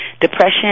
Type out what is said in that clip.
depression